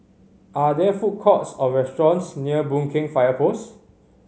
are there food courts or restaurants near Boon Keng Fire Post